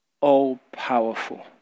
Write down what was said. all-powerful